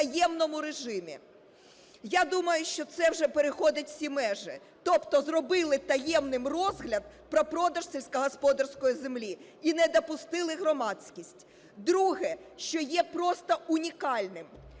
таємному режимі. Я думаю, що це вже переходить всі межі, тобто зробили таємним розгляд про продаж сільськогосподарської землі і не допустили громадськість. Друге, що є просто унікальним.